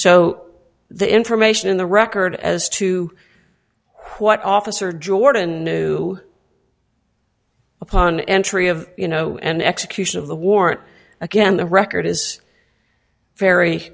so the information in the record as to what officer jordan knew upon entry of you know and execution of the warrant again the record is very